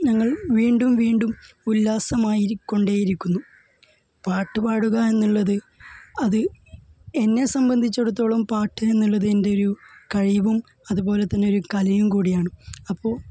ഞങ്ങള് വീണ്ടും വീണ്ടും ഉല്ലാസം ആയിക്കൊണ്ടേയിരിക്കുന്നു പാട്ട് പാടുക എന്നുള്ളത് അത് എന്നെ സംബന്ധിച്ചിടത്തോളം പാട്ട് എന്നുള്ളത് എന്റെയൊരു കഴിവും അതുപോലെ തന്നെയൊരു കലയും കൂടിയാണ് അപ്പോൾ